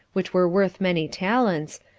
which were worth many talents,